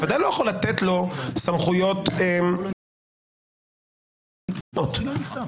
אני ודאי לא יכול לתת לו סמכויות שלטוניות כי הוא מתנדב.